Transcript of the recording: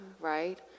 right